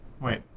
Wait